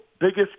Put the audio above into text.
biggest